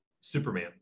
Superman